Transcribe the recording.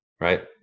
right